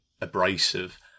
abrasive